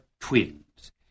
twins